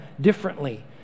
differently